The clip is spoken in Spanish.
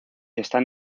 están